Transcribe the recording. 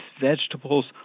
vegetables